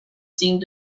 seemed